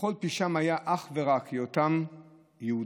וכל פשעם היה אך ורק היותם יהודים.